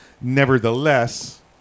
nevertheless